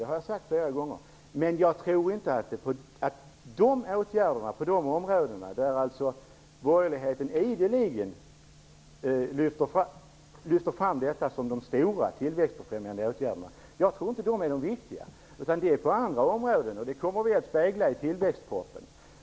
Det har jag sagt flera gånger. Men jag tror inte att åtgärderna på de områden som borgerligheten ideligen lyfter fram som de stora tillväxtbefrämjande åtgärderna är viktigast. Det gäller andra områden, och det kommer vi att spegla i tillväxtpropositionen.